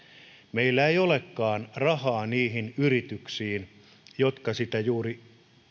meillä ei olekaan rahaa niihin yrityksiin jotka juuri